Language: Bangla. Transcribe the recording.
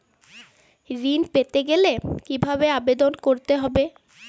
ঋণ পেতে গেলে কিভাবে আবেদন করতে হবে?